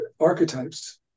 archetypes